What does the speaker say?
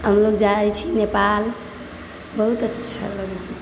हम लोग जाइ छी नेपाल बहुत अच्छा लगै छै